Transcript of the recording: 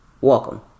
welcome